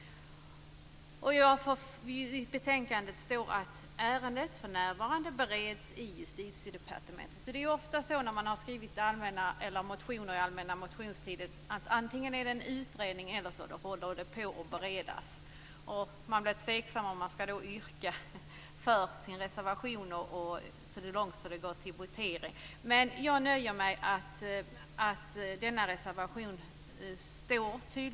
I betänkandet står att ärendet för närvarande bereds i Justitiedepartementet. Ofta när man har skrivit motioner under den allmänna motionstiden är det antingen en utredning på gång eller också håller det på att beredas i Regeringskansliet. Man blir tveksam om man då skall yrka på sin reservation så att det går så långt som till votering. Jag nöjer mig med att den här reservationen finns med.